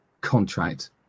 contract